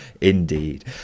indeed